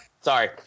sorry